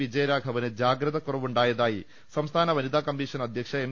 വിജയരാഘവന് ജാഗ്രത കുറവുണ്ടായതായി സംസ്ഥാന വനിതാ കമ്മീഷൻ അധ്യക്ഷ എം